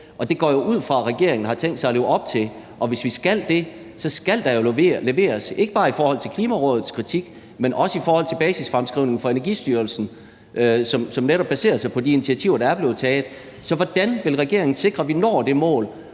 og det går jeg ud fra at regeringen har tænkt sig at leve op til. Og hvis vi skal det, skal der jo leveres ikke bare i forhold til Klimarådets kritik, men også i forhold til basisfremskrivningen fra Energistyrelsen, som netop baserer sig på de initiativer, der er blevet taget. Så hvordan vil regeringen sikre, at vi når det mål,